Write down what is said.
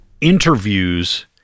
interviews